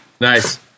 Nice